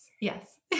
Yes